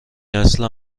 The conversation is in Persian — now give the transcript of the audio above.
اصلا